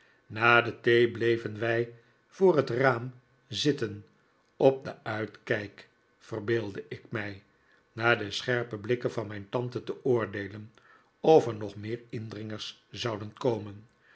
na de thee bleven wij voor het raam zitten op den uitkijk verbeeldde ik mij naar de scherpe blikken van mijn tante te oordeelen of er nog meer indringers zouden komen